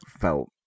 felt